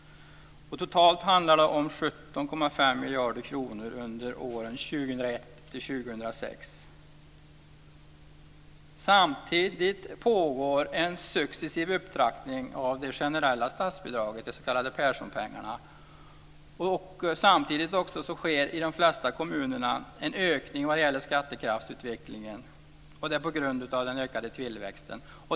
Totalt handlar det om 17,5 miljarder kronor under åren 2001 till 2006. Samtidigt pågår en successiv upptrapppning av det generella statsbidraget, de s.k. Perssonpengarna. Samtidigt sker också i de flesta kommunerna en ökning vad gäller skattekraftsutvecklingen på grund av den ökade tillväxten.